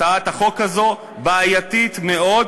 הצעת החוק הזו בעייתית מאוד,